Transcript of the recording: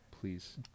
Please